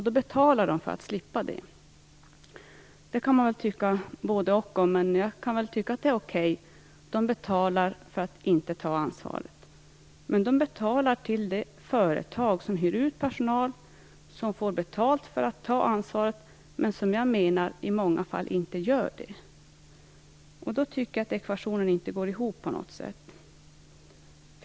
De betalar för att slippa det. Det kan man väl tycka både och om. Jag kan väl tycka att det är okej. De betalar för att inte ta ansvaret. Men de betalar till företag som hyr ut personal, och som får betalt för att ta ansvaret, men som i många fall, menar jag, inte gör det. Då tycker jag att ekvationen inte går ihop på något sätt.